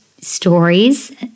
stories